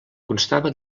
constava